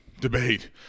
debate